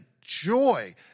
joy